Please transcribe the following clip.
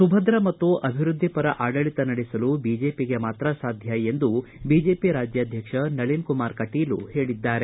ಸುಭದ್ರ ಮತ್ತು ಅಭಿವೃದ್ದಿಪರ ಆಡಳಿತ ನಡೆಸಲು ಬಿಜೆಪಿಗೆ ಮಾತ್ರ ಸಾಧ್ಣ ಎಂದು ಬಿಜೆಪಿ ರಾಜ್ಯಾಧ್ಯಕ್ಷ ನಳಿನ್ ಕುಮಾರ್ ಕಟೀಲು ಹೇಳಿದ್ದಾರೆ